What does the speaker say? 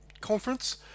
conference